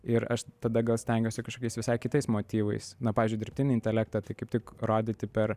ir aš tada gal stengiuosi kažkokiais visai kitais motyvais na pavyzdžiui dirbtinį intelektą tai kaip tik rodyti per